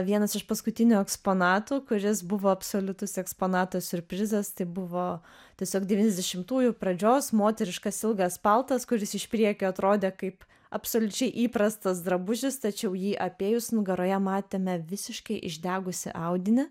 vienas iš paskutinių eksponatų kuris buvo absoliutus eksponatas siurprizas tai buvo tiesiog devyniasdešimtųjų pradžios moteriškas ilgas paltas kuris iš priekio atrodė kaip absoliučiai įprastas drabužis tačiau jį apėjus nugaroje matėme visiškai išdegusį audinį